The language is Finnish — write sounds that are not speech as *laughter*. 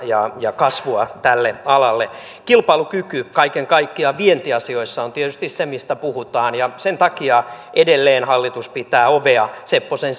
ja ja kasvua tälle alalle kilpailukyky kaiken kaikkiaan vientiasioissa on tietysti se mistä puhutaan ja sen takia edelleen hallitus pitää ovea sepposen *unintelligible*